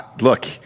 Look